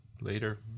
later